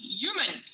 human